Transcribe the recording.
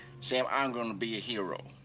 sam, i'm going to be a hero.